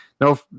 no